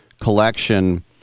collection